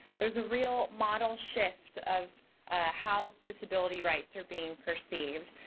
there's a real model shift of how disability rights are being perceived.